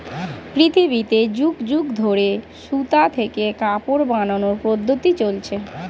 পৃথিবীতে যুগ যুগ ধরে সুতা থেকে কাপড় বানানোর পদ্ধতি চলছে